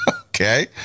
Okay